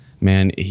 man